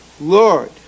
Lord